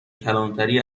کلانتری